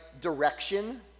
direction